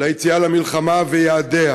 ליציאה למלחמה ויעדיה.